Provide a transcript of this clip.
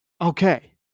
okay